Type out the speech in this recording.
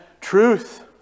truth